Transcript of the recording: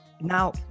Now